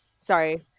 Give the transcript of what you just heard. sorry